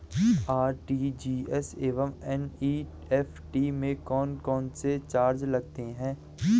RTGS एवं NEFT में कौन कौनसे चार्ज लगते हैं?